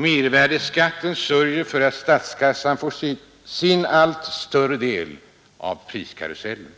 Mervärdeskatten sörjer för att stats sin allt större del av priskarusellen.